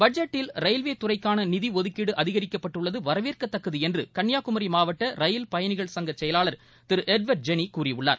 பட்ஜெட்டில் ரயில்வே துறைக்கான நிதி ஒதுக்கீடு அதிகரிக்கப்பட்டுள்ளது வரவேற்கத்தக்கது என்று கன்னியாகுமரி மாவட்ட ரயில் பயணிகள் சங்க செயலாளர் திரு எட்வர்ட் ஜெனி கூறியுள்ளார்